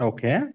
Okay